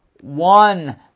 one